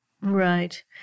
Right